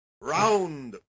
round